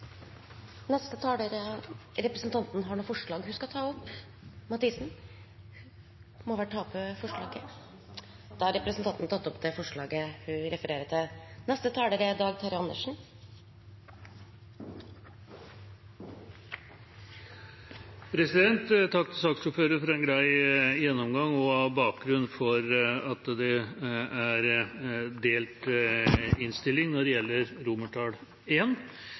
opp forslaget fra mindretallet. Representanten Bente Stein Mathisen har tatt opp det forslaget hun refererte til. Takk til saksordføreren for en grei gjennomgang, også av bakgrunnen for at innstillingen er delt når det gjelder